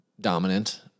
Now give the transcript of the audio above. Dominant